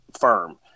firm